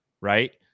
Right